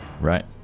Right